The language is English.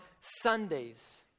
Sundays